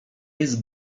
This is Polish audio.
jest